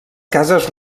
cases